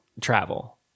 travel